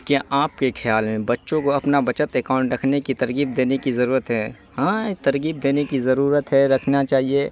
کیا آپ کے خیال میں بچوں کو اپنا بچت اکاؤنٹ رکھنے کی ترغیب دینے کی ضرورت ہے ہاں ترغیب دینے کی ضرورت ہے رکھنا چاہیے